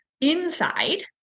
inside